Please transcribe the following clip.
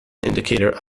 indicator